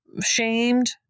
shamed